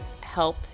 help